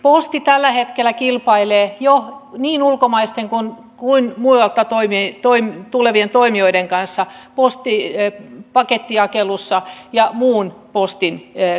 posti tällä hetkellä kilpailee jo niin ulkomaisten kuin muualta tulevien toimijoiden kanssa postipakettijakelussa ja muussa postin toiminnassa